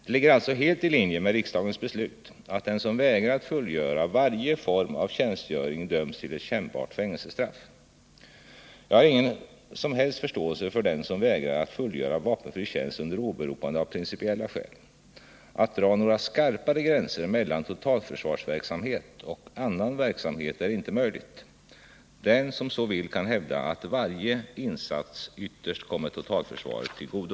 Det ligger alltså helt i linje med riksdagens beslut att den som vägrar att fullgöra varje form av tjänstgöring döms till ett kännbart fängelsestraff. Jag har ingen som helst förståelse för den som vägrar att fullgöra vapenfri tjänst under åberopande av principiella skäl. Att dra några skarpare gränser mellan totalförsvarsverksamhet och annan verksamhet är inte möjligt. Den som så vill kan hävda att varje insats ytterst kommer totalförsvaret till godo.